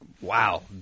Wow